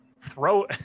throw